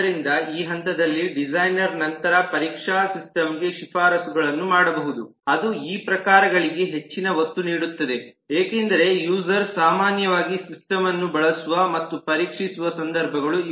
ಆದ್ದರಿಂದ ಈ ಹಂತದಲ್ಲಿ ಡಿಸೈನರ್ ನಂತರ ಪರೀಕ್ಷಾ ಸಿಸ್ಟಮ್ ಗೆ ಶಿಫಾರಸುಗಳನ್ನು ಮಾಡಬಹುದು ಅದು ಈ ಪ್ರಕರಣಗಳಿಗೆ ಹೆಚ್ಚಿನ ಒತ್ತು ನೀಡುತ್ತದೆ ಏಕೆಂದರೆ ಯೂಸರ್ ಸಾಮಾನ್ಯವಾಗಿ ಸಿಸ್ಟಮನ್ನು ಬಳಸುವ ಮತ್ತು ಪರೀಕ್ಷಿಸುವ ಸಂದರ್ಭಗಳು ಇವು